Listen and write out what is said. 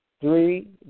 three